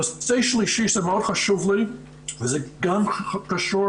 נושא שלישי שמאוד חשוב לי וזה גם קשור